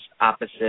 opposite